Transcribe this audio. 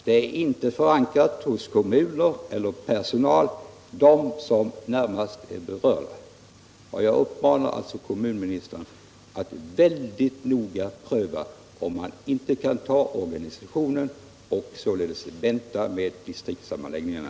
Det är inte förankrat hos kommuner eller personal, de som är närmast berörda. Jag uppmanar alltså kommunministern att mycket noga pröva om man inte kan ta organisationen och således vänta med distriktssammanläggningarna.